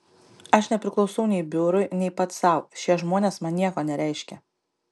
aš nepriklausau nei biurui nei pats sau šie žmonės man nieko nereiškia